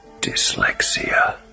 Dyslexia